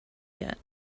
yet